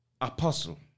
apostle